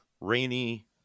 rainy